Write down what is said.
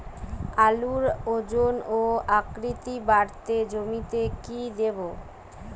আলুর ওজন ও আকৃতি বাড়াতে জমিতে কি দেবো?